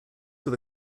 were